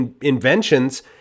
inventions